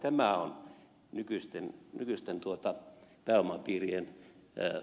tämä on nykyisten pääomapiirien ja